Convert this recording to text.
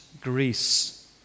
Greece